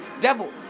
devil